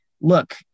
look